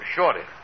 Shorty